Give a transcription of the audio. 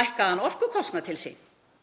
lækkaðan orkukostnað til sín. Og